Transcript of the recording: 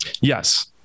Yes